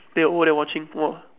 then you over there watching !wah!